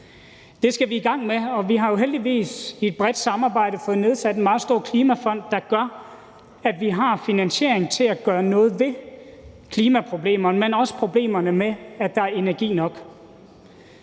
Det skal vi i gang med, og vi har jo heldigvis i et bredt samarbejde fået nedsat en meget stor klimafond, der gør, at vi har finansiering til at gøre noget ved klimaproblemerne, men også problemerne med, om der er energi nok.